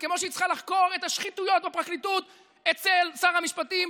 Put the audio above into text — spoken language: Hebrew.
כמו שהיא צריכה לחקור את השחיתויות בפרקליטות אצל שר המשפטים,